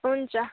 हुन्छ